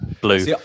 Blue